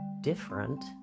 different